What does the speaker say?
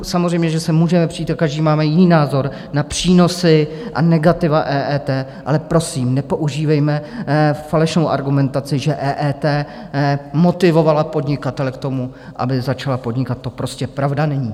Samozřejmě že se můžeme přít, každý máme jiný názor na přínosy a negativa EET, ale prosím, nepoužívejme falešnou argumentaci, že EET motivovala podnikatele k tomu, aby začali podnikat, to prostě pravda není.